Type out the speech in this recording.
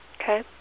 okay